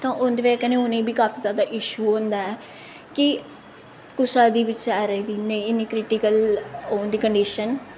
तो ओह्दी बजह् कन्नै उनेंगी बी काफी जादा इशू होंदा ऐ कि कुसै दी बी बचारे दी नेईं इन्नी क्रिटिकल होंदी कंडीशन